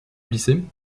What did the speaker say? lycée